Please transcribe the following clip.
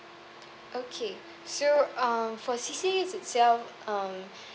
okay so um for C_C_A itself um